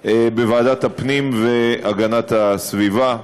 בוועדת הפנים והגנת הסביבה,